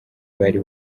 bari